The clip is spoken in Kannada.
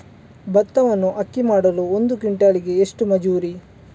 ಭತ್ತವನ್ನು ಅಕ್ಕಿ ಮಾಡಲು ಒಂದು ಕ್ವಿಂಟಾಲಿಗೆ ಎಷ್ಟು ಮಜೂರಿ?